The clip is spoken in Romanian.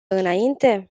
înainte